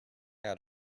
out